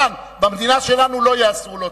כאן, במדינה שלנו, לא ייאסרו לא-ציונים,